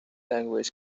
language